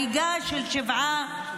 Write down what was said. על הריגה של שבעה